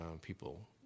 people